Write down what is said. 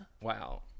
Wow